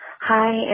Hi